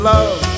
Love